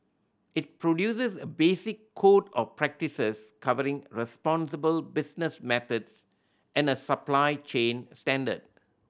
it produces a basic code of practices covering responsible business methods and a supply chain standard